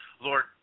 Lord